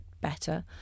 better